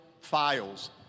files